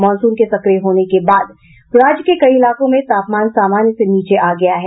monsoon के सक्रिय होने के बाद राज्य के कई इलाकों में तापमान सामान्य से नीचे आ गया है